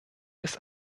ist